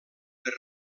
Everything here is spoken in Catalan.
per